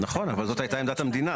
נכון, אבל זאת הייתה עמדת המדינה.